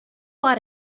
ought